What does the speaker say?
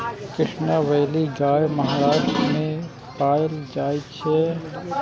Krishna valley गाय महाराष्ट्र मे पाएल जाइ छै